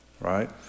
right